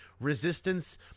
Resistance